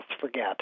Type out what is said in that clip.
forget